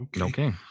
Okay